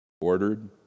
ordered